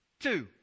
Two